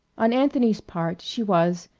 on anthony's part she was,